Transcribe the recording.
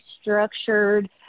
structured